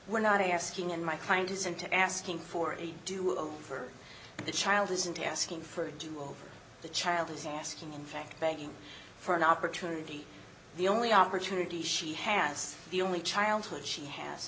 we're not asking and my kind is into asking for a do over for the child isn't asking for do all the child is asking in fact begging for an opportunity the only opportunity she has the only childhood she has